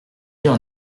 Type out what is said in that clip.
yeux